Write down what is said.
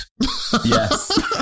Yes